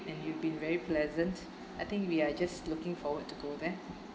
and you've been very pleasant I think we are just looking forward to go there